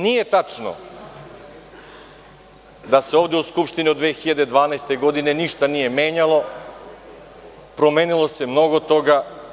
Nije tačno da se ovde u Skupštini od 2012. godine ništa nije menjalo, promenilo se mnogo toga.